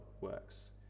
works